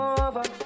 over